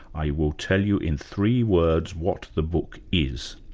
i will tell you in three words what the book is.